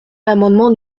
l’amendement